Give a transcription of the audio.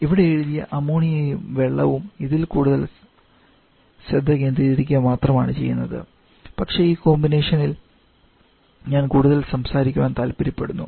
ഇവിടെ എഴുതിയ അമോണിയയും വെള്ളവും ഇതിൽ കൂടുതൽ ശ്രദ്ധ കേന്ദ്രീകരിക്കുക മാത്രമാണ് ചെയ്യുന്നത് പക്ഷേ ഈ കോമ്പിനേഷനിൽ ഞാൻ കൂടുതൽ സംസാരിക്കാൻ താൽപ്പര്യപ്പെടുന്നു